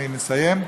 אני מסיים.